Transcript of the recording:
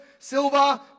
silver